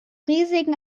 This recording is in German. riesigen